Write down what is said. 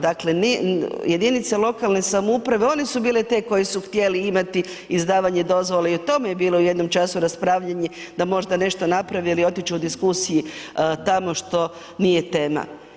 Dakle, jedinice lokalne samouprave one su bile te koje su htjeli imati izdavanja dozvola i o tome je bilo u jednom času raspravljanje da možda nešto naprave ili otići u diskusiju tamo što nije tema.